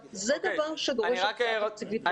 זה דבר שדורש הקצאה תקציבית מאוד גדולה.